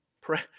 Pray